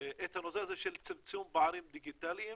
את הנושא הזה של צמצום פערים דיגיטליים.